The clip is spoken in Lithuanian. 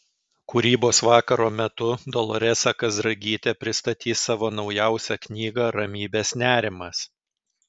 kūrybos vakaro metu doloresa kazragytė pristatys savo naujausią knygą ramybės nerimas